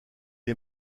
est